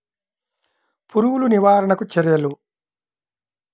పురుగులు నివారణకు చర్యలు?